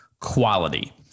quality